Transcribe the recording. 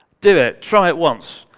do it, try it once.